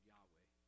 Yahweh